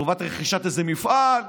לטובת רכישת איזה מפעל.